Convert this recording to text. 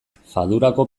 fadurako